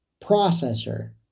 processor